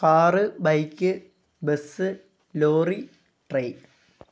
car bike bus lorry train